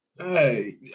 Hey